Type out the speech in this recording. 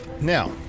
Now